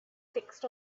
fixed